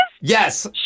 Yes